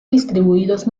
distribuidos